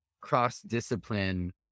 cross-discipline